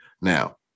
Now